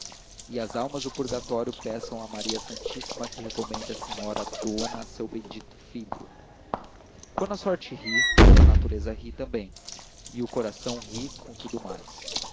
e as almas do purgatório peçam a maria santíssima que recomende a senhora dona a seu bendito filho quando a sorte ri toda a natureza ri também e o coração ri como tudo o mais